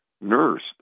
nurse